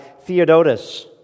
Theodotus